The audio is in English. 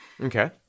Okay